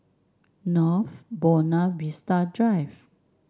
North Buona Vista Drive